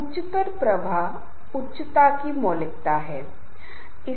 एक संदर्भ समूह एक प्रकार का समूह है जिसका उपयोग लोग स्वयं का मूल्यांकन करने के लिए करते हैं